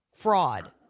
Fraud